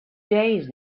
days